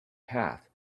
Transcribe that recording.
path